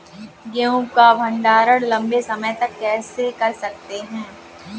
गेहूँ का भण्डारण लंबे समय तक कैसे कर सकते हैं?